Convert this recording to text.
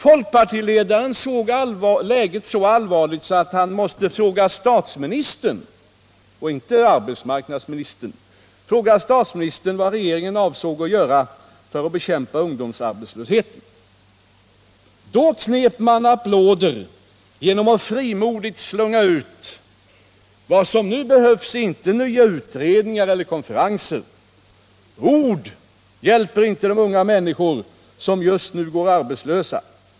Folkpartiledaren såg läget så allvarligt att han måste fråga statsministern — inte arbetsmarknadsministern — vad regeringen avsåg att göra för att bekämpa ungdomsarbetslösheten. Då knep man applåder genom att frimodigt slunga ut: Vad som nu behövs är inte nya utredningar eller konferenser. Ord hjälper inte de unga människor som just nu går arbetslösa.